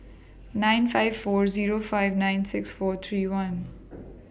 nine five four Zero five nine six four three one